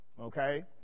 okay